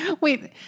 Wait